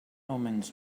omens